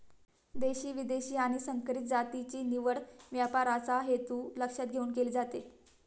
देशी, विदेशी आणि संकरित जातीची निवड व्यापाराचा हेतू लक्षात घेऊन केली जाते